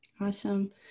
Awesome